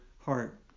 heart